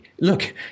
look